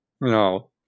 No